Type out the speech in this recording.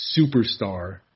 superstar